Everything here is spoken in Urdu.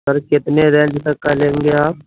سر کتنے رینج تک کا لیں گے آپ